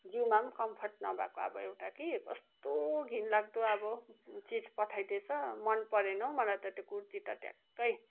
जिउमा कमफर्ट नभएको अब एउटा कि कस्तो घिन लाग्दो अब चिज पठाइदिएछ मन परेन हौ मलाई त त्यो कुर्ती त ट्याक्कै